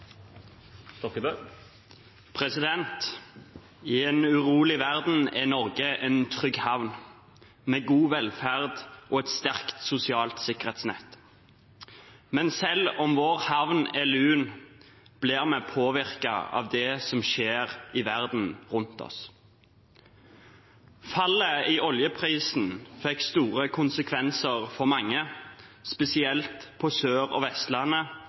I en urolig verden er Norge en trygg havn med god velferd og et sterkt sosialt sikkerhetsnett. Men selv om vår havn er lun, blir vi påvirket av det som skjer i verden rundt oss. Fallet i oljeprisen fikk store konsekvenser for mange, spesielt på Sør- og Vestlandet